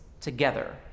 together